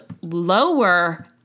lower